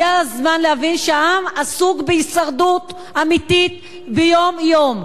הגיע הזמן להבין שהעם עסוק בהישרדות אמיתית יום-יום,